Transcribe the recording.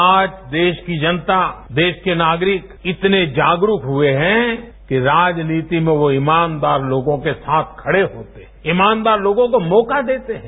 आज देश की जनता देश के नागरिक इतने जागस्तक हुए हैं कि राजनीति में वो ईमानदार लोगों के साथ खड़े होते हैं ईमानदार लोगों को मौका देते हैं